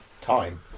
time